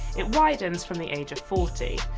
it widens from the age of forty.